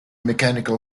mechanical